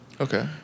okay